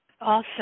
Awesome